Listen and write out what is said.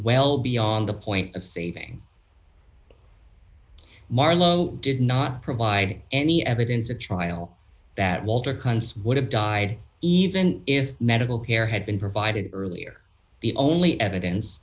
well beyond the point of saving marlowe did not provide any evidence at trial that walter kuntz would have died even if medical care had been provided earlier the only evidence